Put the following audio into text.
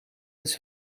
eens